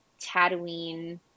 Tatooine